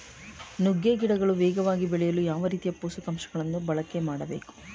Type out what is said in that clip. ನುಗ್ಗೆ ಗಿಡಗಳು ವೇಗವಾಗಿ ಬೆಳೆಯಲು ಯಾವ ರೀತಿಯ ಪೋಷಕಾಂಶಗಳನ್ನು ಬಳಕೆ ಮಾಡಬೇಕು?